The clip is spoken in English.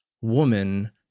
woman